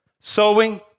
Sowing